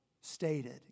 stated